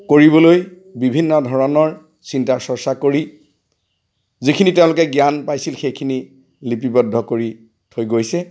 কৰিবলৈ বিভিন্ন ধৰণৰ চিন্তা চৰ্চা কৰি যিখিনি তেওঁলোকে জ্ঞান পাইছিল সেইখিনি লিপিবদ্ধ কৰি থৈ গৈছে